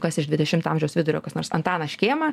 kas iš dvidešimto amžiaus vidurio koks nors antanas škėma